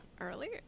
earlier